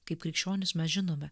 kaip krikščionys mes žinome